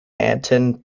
anton